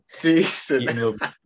Decent